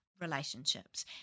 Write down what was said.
relationships